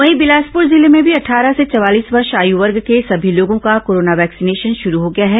वहीं बिलासपुर जिले में भी अट्ठारह से चवालीस वर्ष आयु वर्ग के सभी लोगों का कोरोना वैक्सीनेशन शुरू हो गया है